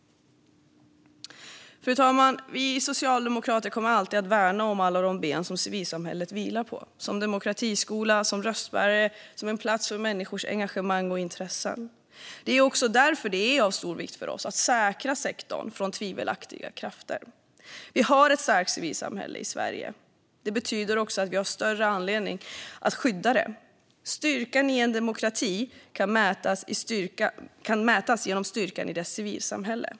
Fru talman! Vi socialdemokrater kommer alltid att värna om alla de ben som civilsamhället vilar på - som demokratiskola, som röstbärare, som en plats för människors engagemang och intressen. Det är också därför det är av stor vikt för oss att säkra sektorn mot tvivelaktiga krafter. Vi har ett starkt civilsamhälle i Sverige. Det betyder också att vi har desto större anledning att skydda det. Styrkan i en demokrati kan mätas som styrkan i dess civilsamhälle.